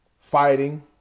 fighting